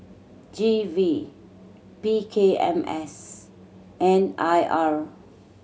G V P K M S and I R